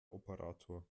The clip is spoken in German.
operator